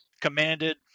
commanded